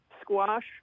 squash